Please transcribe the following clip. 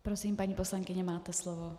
Prosím, paní poslankyně, máte slovo.